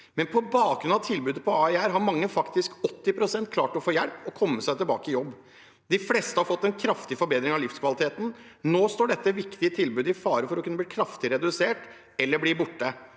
men på bakgrunn av tilbudet på AiR har mange – faktisk 80 pst. – klart å få hjelp og komme seg tilbake i jobb. De fleste har fått en kraftig forbedring av livskvaliteten. Nå står dette viktige tilbudet i fare for å kunne bli kraftig redusert eller bli borte.